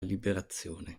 liberazione